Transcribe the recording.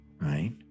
right